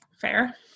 fair